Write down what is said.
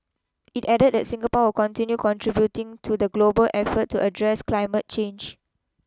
it added that Singapore will continue contributing to the global effort to address climate change